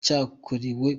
cyakorewe